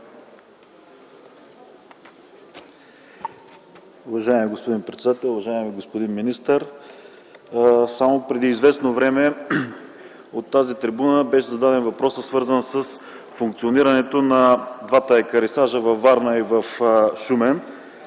Уважаеми господин председател, уважаеми господин министър! Само преди известно време от тази трибуна беше зададен въпрос, свързан с функционирането на двата екарисажа, във Варна и Шумен,